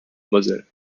moselle